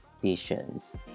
conditions